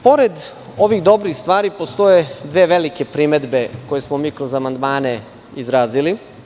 Pored ovih dobrih stvari, postoje dve velike primedbe koje smo mi kroz amandmane izrazili.